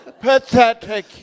pathetic